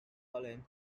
holland